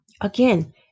again